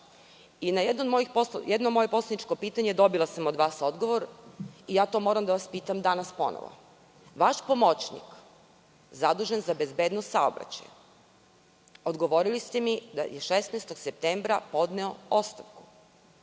i na jedno moje poslaničko pitanje dobila sam odgovor od vas i moram opet da vas pitam. Vaš pomoćnik zadužen za bezbednost saobraćaja, odgovorili ste mi da je 16. septembra podneo ostavku.